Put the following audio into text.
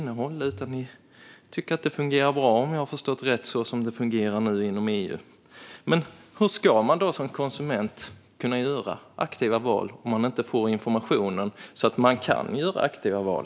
Ni tycker att det fungerar bra, om jag förstått det rätt, som det fungerar nu inom EU. Hur ska man då som konsument kunna göra aktiva val om man inte får den information man behöver för att kunna göra aktiva val?